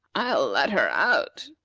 i'll let her out.